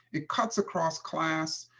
it cuts across class.